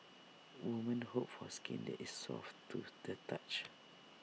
women hope for skin that is soft to the touch